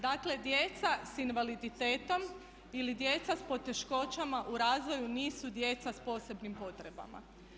Dakle, djeca s invaliditetom ili djeca s poteškoćama u razvoju nisu djeca s posebnim potrebama.